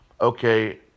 Okay